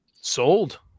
sold